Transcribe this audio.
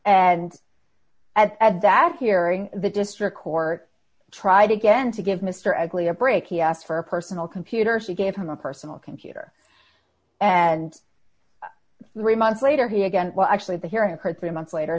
and at that hearing the district court tried again to give mr egli a break he asked for a personal computer she gave him a personal computer and three months later he again well actually the hearing occurred three months later